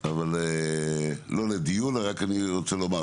אבל לא לדיון רק אני רוצה לומר,